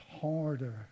harder